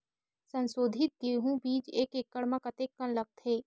संसोधित गेहूं बीज एक एकड़ म कतेकन लगथे?